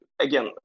again